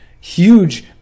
huge